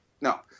no